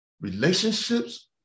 Relationships